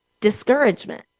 discouragement